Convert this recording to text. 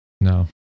no